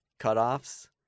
cutoffs